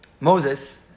Moses